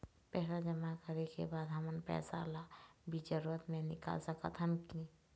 पैसा जमा करे के बाद हमन पैसा ला बीच जरूरत मे निकाल सकत हन की नहीं?